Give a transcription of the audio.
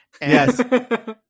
Yes